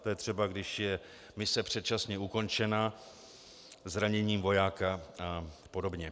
To je třeba, když je mise předčasně ukončena zraněním vojáka apod.